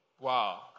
Wow